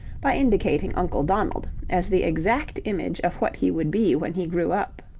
by indicating uncle donald as the exact image of what he would be when he grew up.